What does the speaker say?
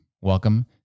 Welcome